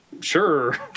sure